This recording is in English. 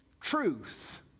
truth